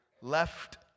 left